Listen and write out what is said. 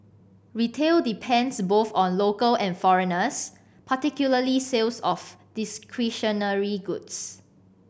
retail depends both on local and foreigners particularly sales of discretionary goods